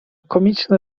komiczne